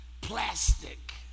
plastic